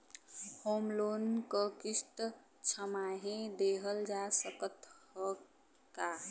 Home loan क किस्त छमाही देहल जा सकत ह का?